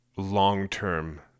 long-term